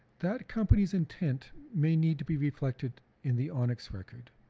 that company's intent may need to be reflected in the onix record.